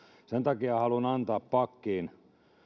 sen takia haluan antaa pakkiin